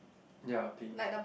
ya I think